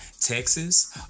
Texas